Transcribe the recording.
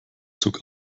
zog